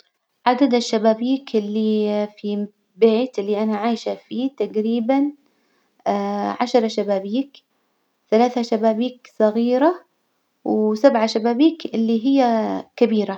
عدد الشبابيك اللي في البيت اللي أنا عايشة فيه تجريبا عشرة شبابيك، ثلاثة شبابيك صغيرة، وسبعة شبابيك اللي هي كبيرة.